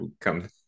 Come